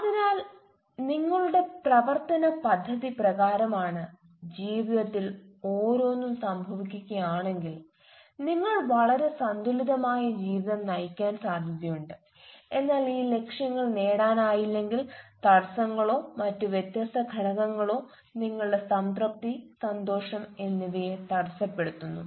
അതിനാൽ നിങ്ങളുടെ പ്രവർത്തന പദ്ധതി പ്രകാരമാണ് ജീവിതത്തിൽ ഓരോന്നും സംഭവിക്കുകയാണെങ്കിൽ നിങ്ങൾ വളരെ സന്തുലിതമായ ജീവിതം നയിക്കാൻ സാധ്യതയുണ്ട് എന്നാൽ ഈ ലക്ഷ്യങ്ങൾ നേടാനായില്ലെങ്കിൽ തടസ്സങ്ങളോ മറ്റു വ്യത്യസ്ത ഘടകങ്ങളോ നിങ്ങളുടെ സംതൃപ്തി സന്തോഷം എന്നിവയെ തടസ്സപ്പെടുത്തുന്നു